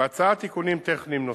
בהצעה תיקונים טכניים נוספים.